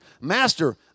Master